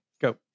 go